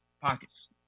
pockets